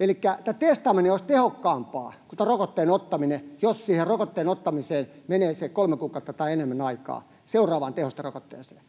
Elikkä testaaminen olisi tehokkaampaa kuin tämän rokotteen ottaminen, jos siitä rokotteen ottamisesta menee se kolme kuukautta tai enemmän aikaa seuraavaan tehosterokotteeseen.